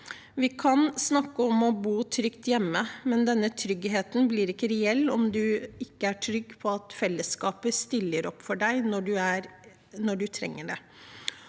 Vi kan snakke om å bo trygt hjemme, men denne tryggheten blir ikke reell om man ikke er trygg på at fellesskapet stiller opp for deg når man trenger det,